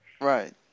Right